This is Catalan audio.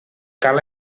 cal